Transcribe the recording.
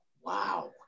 Wow